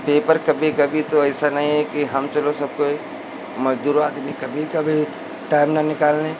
paper कभी कभी तो ऐसा नहीं है कि हम चलो सब कोई मज़दूर आदमी कभी कभी टाइम न निकालें